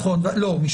בט"פ.